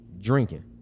drinking